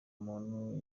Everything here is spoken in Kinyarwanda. muntu